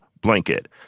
blanket